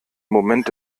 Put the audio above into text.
moment